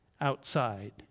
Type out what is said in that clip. outside